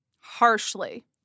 Harshly